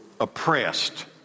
oppressed